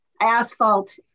asphalt